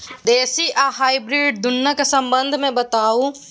देसी आ हाइब्रिड दुनू के संबंध मे बताऊ?